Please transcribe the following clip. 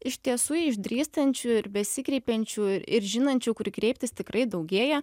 iš tiesų išdrįstančių ir besikreipiančių ir žinančių kur kreiptis tikrai daugėja